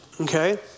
okay